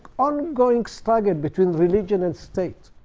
ongoing struggle between religion and state.